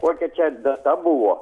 kokia čia data buvo